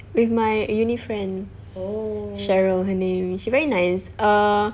with my uni friend cheryl her name she very nice err